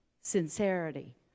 sincerity